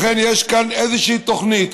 לכן יש כאן איזושהי תוכנית,